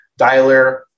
dialer